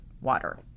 water